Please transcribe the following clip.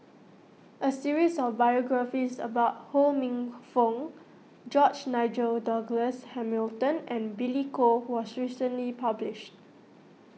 a series of biographies about Ho Minfong George Nigel Douglas Hamilton and Billy Koh was recently published